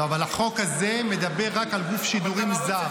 לא, אבל החוק הזה מדבר רק על גוף שידורים זר.